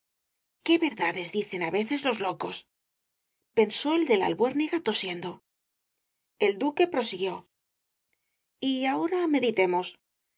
qué verdades dicen á veces los locos pensó el de la albuérdiga tosiendo el duque prosiguió y ahora meditemos